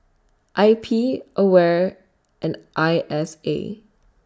I P AWARE and I S A